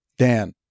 Dan